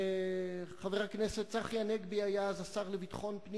חבר הכנסת צחי הנגבי היה השר לביטחון פנים